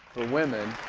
for women.